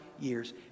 years